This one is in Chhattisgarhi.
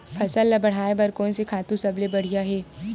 फसल ला बढ़ाए बर कोन से खातु सबले बढ़िया हे?